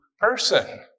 person